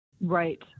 Right